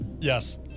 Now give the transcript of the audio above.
Yes